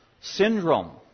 syndrome